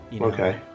Okay